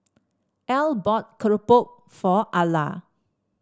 Al bought keropok for Alla